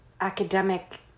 academic